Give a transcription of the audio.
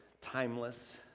timeless